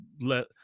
let